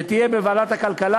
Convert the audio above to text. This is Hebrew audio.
שתידון בוועדת הכלכלה,